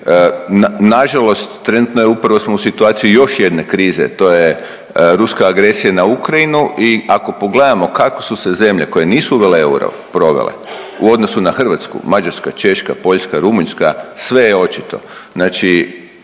nažalost trenutno je upravo smo u situaciji još jedne krize to je ruska agresija na Ukrajinu i ako pogledamo kako su se zemlje koje nisu uvele euro provele u odnosu na Hrvatsku, Mađarska, Češka, Poljska, Rumunjska sve je očito.